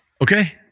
Okay